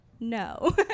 No